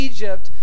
Egypt